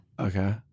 Okay